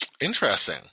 Interesting